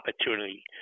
opportunity